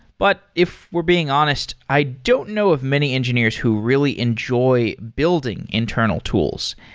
but if we're being honest, i don't know of many engineers who really enjoy building internal tools.